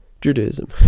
Judaism